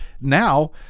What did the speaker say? now